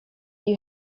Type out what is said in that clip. you